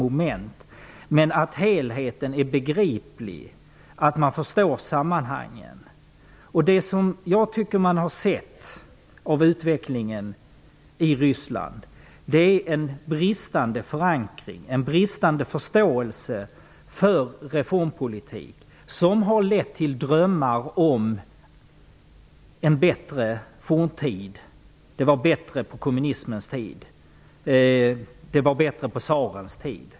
Helheten måste dock vara begriplig, så att man kan förstå sammanhangen. I utvecklingen i Ryssland tycker jag mig se en bristande förankring och en bristande förståelse för reformpolitik. Det har lett till drömmar om att det var bättre på kommunismens eller på tsarens tid.